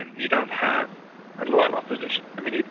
and you don't have a loyal opposition. i mean,